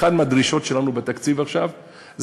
אחת הדרישות שלנו בתקציב עכשיו היא